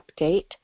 update